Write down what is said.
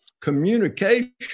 communication